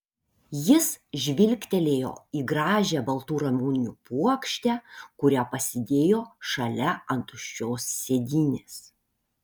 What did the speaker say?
jis žvilgtelėjo į gražią baltų ramunių puokštę kurią pasidėjo šalia ant tuščios sėdynės